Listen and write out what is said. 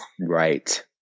Right